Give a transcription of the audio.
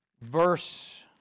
verse